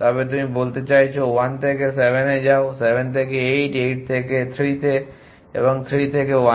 তবে তুমি বলতে চাইছো 1 থেকে 7 এ যাও 7 থেকে 8 8 থেকে 3 তে যাও এবং 3 থেকে 1 তে যাও